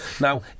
Now